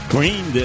Green